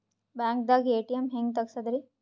ಬ್ಯಾಂಕ್ದಾಗ ಎ.ಟಿ.ಎಂ ಹೆಂಗ್ ತಗಸದ್ರಿ?